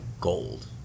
gold